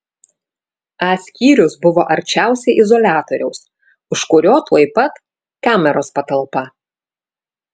a skyrius buvo arčiausiai izoliatoriaus už kurio tuoj pat kameros patalpa